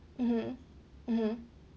mmhmm mmhmm